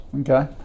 Okay